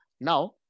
Now